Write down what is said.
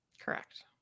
Correct